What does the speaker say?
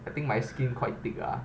I think my skin quite thick ah